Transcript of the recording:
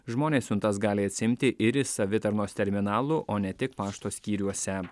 žmonės siuntas gali atsiimti ir iš savitarnos terminalų o ne tik pašto skyriuose